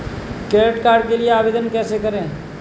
Credit card के लिए आवेदन कैसे करें?